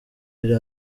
ari